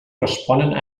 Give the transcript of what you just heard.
responen